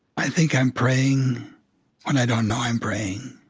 i think i'm praying when i don't know i'm praying.